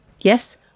Yes